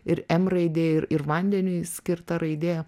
ir em raidė ir ir vandeniui skirta raidė